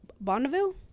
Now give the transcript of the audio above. Bonneville